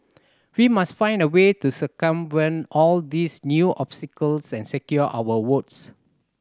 we must find a way to circumvent all these new obstacles and secure our votes